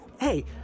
Hey